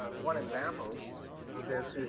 one example of this,